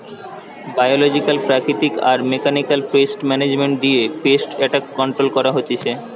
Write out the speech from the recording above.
biological প্রাকৃতিক আর mechanical pest management দিয়ে পেস্ট এট্যাক কন্ট্রোল করা হতিছে